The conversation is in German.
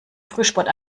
frühsport